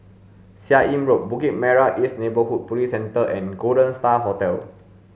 Seah Im Road Bukit Merah East Neighbourhood Police Centre and Golden Star Hotel